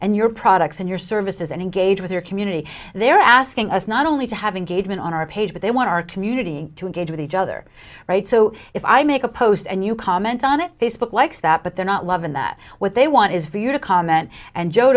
and your products and your services and engage with your community they're asking us not only to have engagement on our page but they want our community to engage with each other right so if i make a post and you comment on it facebook likes that but they're not loving that what they want is for you to comment and joe